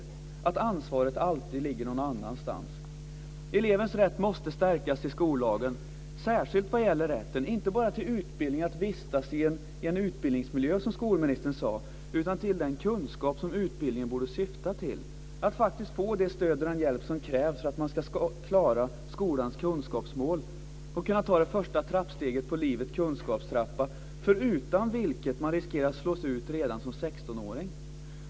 Varför ligger alltid ansvaret någon annanstans? Elevens rätt måste stärkas i skollagen. Det gäller särskilt rätten inte bara till utbildning och att vistas i en utbildningsmiljö, som utbildningsministern sade, utan till den kunskap som utbildningen borde syfta till. Man ska få det stöd och den hjälp som krävs för att man ska klara skolans kunskapsmål och kunna ta det första trappsteget på livets kunskapstrappa förutan vilket man riskerar att slås ut redan som 16-åring.